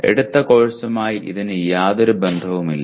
എടുത്ത കോഴ്സുമായി ഇതിന് ബന്ധമില്ല